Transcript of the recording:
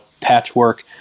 patchwork